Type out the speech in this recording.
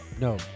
No